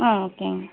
ஆ ஓகேங்க